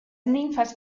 ninfas